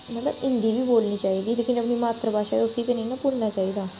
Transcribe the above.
मतलब हिंदी बी बोलनी चाहिदी लेकिन जेह्की अपनी मात्तर भाशा उसी ते नेईं ना भुल्लना चाहिदा